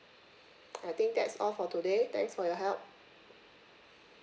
I think that's all for today thanks for your help